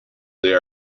they